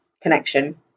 connection